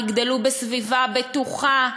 יגדלו בסביבה בטוחה,